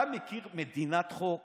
אתה מכיר מדינת חוק